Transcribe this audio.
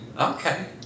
Okay